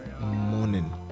morning